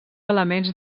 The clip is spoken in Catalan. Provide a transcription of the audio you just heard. elements